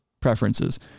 preferences